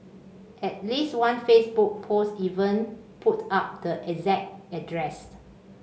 at least one Facebook post even put up the exact address